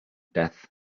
death